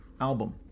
album